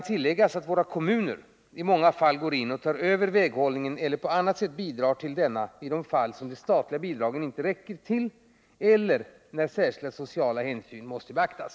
Tilläggas kan att våra kommuner i många fall går in och tar över väghållningen eller på annat sätt bidrar till denna i de fall som de statliga bidragen inte räcker till eller när särskilda sociala hänsyn måste beaktas.